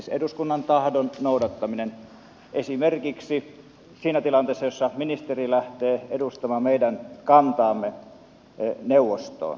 siis eduskunnan tahdon noudattaminen esimerkiksi siinä tilanteessa jossa ministeri lähtee edustamaan meidän kantaamme neuvostoon